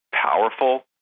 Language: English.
powerful